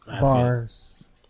Bars